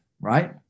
right